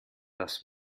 das